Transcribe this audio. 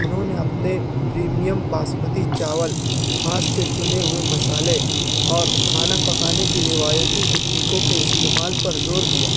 انہوں نے اپنے پریمیم باسمتی چاول ہاتھ سے چنے ہوئے مسالے اور کھانا پکانے کی روایتی تکنیکوں کے استعمال پر زور دیا